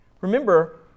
Remember